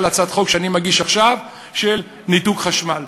להצעת החוק שאני מגיש עכשיו על ניתוק חשמל.